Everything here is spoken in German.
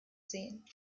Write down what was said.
sehen